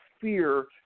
fear